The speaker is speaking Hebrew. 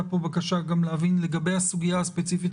הייתה פה בקשה גם להבין לגבי הסוגיה הספציפית